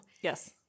Yes